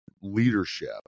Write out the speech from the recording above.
leadership